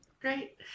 Great